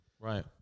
Right